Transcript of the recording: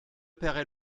paierai